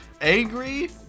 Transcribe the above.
angry